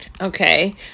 okay